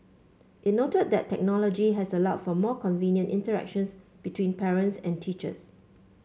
it noted that technology has allowed for more convenient interactions between parents and teachers